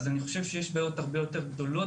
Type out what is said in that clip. אז אני חושב שיש בעיות הרבה יותר גדולות